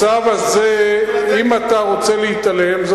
אתה מתכוון לבחורי ישיבה, דגל.